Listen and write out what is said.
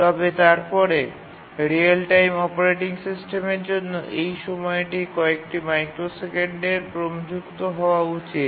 তবে তারপরে real time operating সিস্টেমের জন্য এই সময়টি কয়েকটি মাইক্রোসেকেন্ডের ক্রমযুক্ত হওয়া উচিত